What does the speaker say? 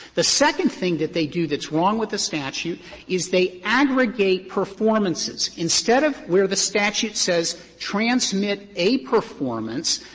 the second thing that they do that's wrong with the statute is they aggregate performances. instead of where the statute says transmit a performance,